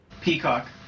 Peacock